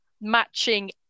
matching